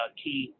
key